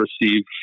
receive